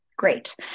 Great